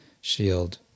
shield